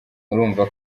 urumva